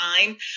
time